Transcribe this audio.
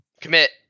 commit